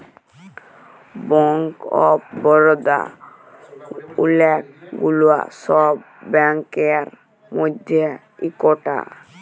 bank of Baroda ওলেক গুলা সব ব্যাংকের মধ্যে ইকটা